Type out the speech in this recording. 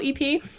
EP